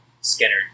Skinner